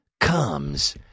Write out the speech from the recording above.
comes